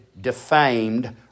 defamed